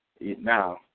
Now